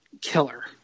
killer